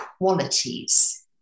qualities